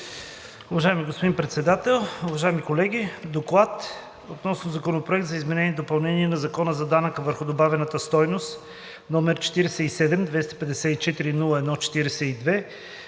Уважаеми господин Председател, уважаеми колеги! „Доклад относно Законопроект за изменение и допълнение на Закона за данък върху добавената стойност, № 47-254-01-42,